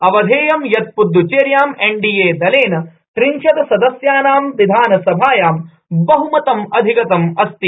अवधेयं यत प्द्दचेर्या एनडीएदलेन त्रिंशत ासदस्यानां विधानसभायां बहमतं अधिगतम ाअस्ति